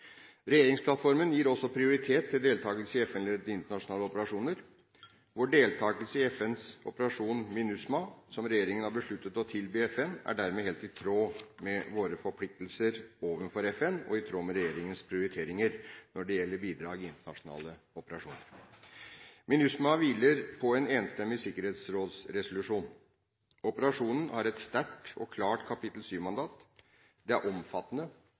Regjeringsplattformen gir også prioritet til deltakelse i FN-ledede internasjonale operasjoner. Vår deltakelse i FNs operasjon MINUSMA, som regjeringen har besluttet å tilby FN, er dermed helt i tråd med våre forpliktelser overfor FN og i tråd med regjeringens prioriteringer når det gjelder bidrag i internasjonale operasjoner. MINUSMA hviler på en enstemmig sikkerhetsrådsresolusjon. Operasjonen har et sterkt og klart kapittel VII-mandat. Den er omfattende.